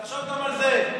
תחשוב גם על זה.